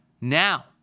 now